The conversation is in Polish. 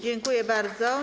Dziękuję bardzo.